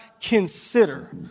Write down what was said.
consider